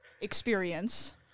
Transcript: experience